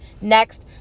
Next